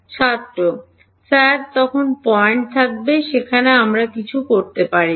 ছাত্র স্যার তখন পয়েন্ট থাকবে যেখানে আমরা কিছু করতে পারি না